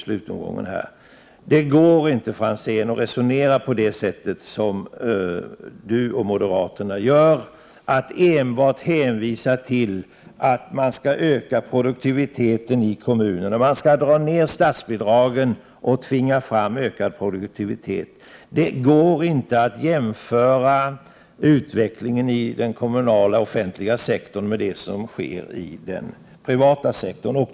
Ivar Franzén, det går inte att resonera på det sätt som ni och moderaterna gör, nämligen att enbart hänvisa till att man skall öka produktiviteten i kommunerna och att statsbidragen skall minska vilket skall framtvinga bättre produktivitet. Det går inte att jämföra utvecklingen i den kommunala offentliga sektorn med det som sker i den privata sektorn.